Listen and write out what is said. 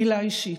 מילה אישית: